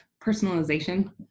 personalization